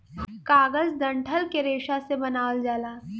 कागज डंठल के रेशा से बनावल जाला